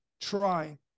trying